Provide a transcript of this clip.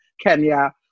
Kenya